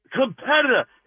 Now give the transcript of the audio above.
Competitor